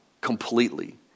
completely